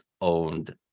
owned